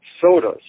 sodas